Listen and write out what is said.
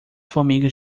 formigas